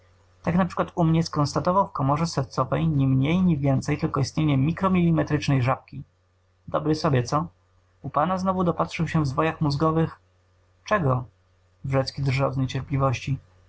u mnie skonstatował w komorze sercowej ni mniej ni więcej tylko istnienie mikromilimetrycznej żabki dobry sobie co u pana znowu dopatrzył się w zwojach mózgowych czego wrzecki drżał z niecierpliwości